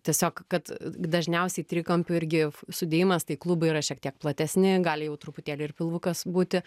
tiesiog kad dažniausiai trikampio irgi sudėjimas tai klubai yra šiek tiek platesni gali jau truputėlį ir pilvukas būti